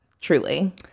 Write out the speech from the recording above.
Truly